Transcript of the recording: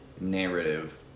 narrative